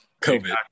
COVID